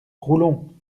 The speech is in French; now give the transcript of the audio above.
roulon